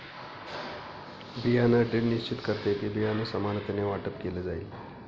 बियाण ड्रिल निश्चित करते कि, बियाणं समानतेने वाटप केलं जाईल